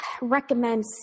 recommend